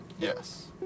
Yes